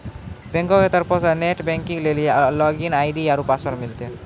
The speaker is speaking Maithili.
बैंको के तरफो से नेट बैंकिग लेली लागिन आई.डी आरु पासवर्ड मिलतै